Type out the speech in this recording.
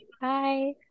Bye